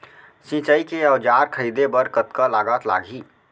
सिंचाई के औजार खरीदे बर कतका लागत लागही?